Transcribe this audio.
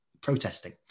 protesting